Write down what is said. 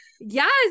Yes